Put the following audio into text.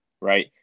right